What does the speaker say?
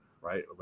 right